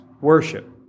worship